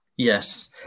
Yes